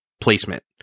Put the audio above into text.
placement